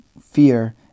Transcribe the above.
fear